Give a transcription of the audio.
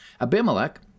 Abimelech